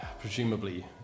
presumably